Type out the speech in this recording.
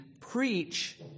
preach